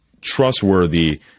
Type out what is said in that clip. trustworthy